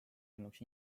olnuks